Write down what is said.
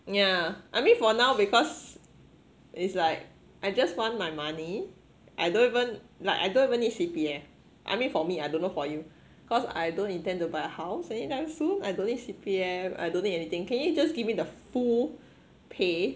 yeah I mean for now because it's like I just want my money I don't even like I don't even need C_P_F I mean for me I don't know for you cause I don't intend to buy a house anytime soon I don't need C_P_F I don't need anything can you just give me the full pay